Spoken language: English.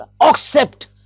Accept